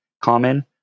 common